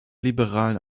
liberalen